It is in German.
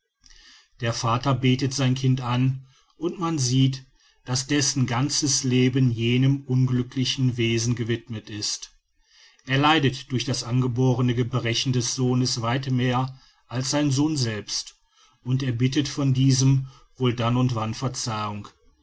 der vater betet sein kind an und man sieht daß dessen ganzes leben jenem unglücklichen wesen gewidmet ist er leidet durch das angeborene gebrechen des sohnes weit mehr als sein sohn selbst und erbittet von diesem wohl dann und wann verzeihung